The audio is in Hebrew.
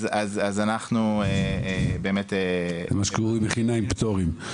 זה מה שקורה עם מכינה עם פטורים.